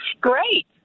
Great